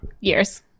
years